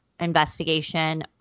investigation